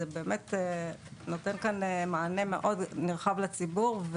זה באמת נותן כאן מענה מאוד נרחב לציבור.